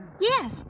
Yes